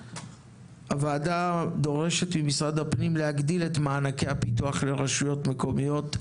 הוועדה דורשת ממשרד הפנים להגדיל את מענקי הפיתוח לרשויות מקומיות,